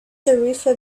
tarifa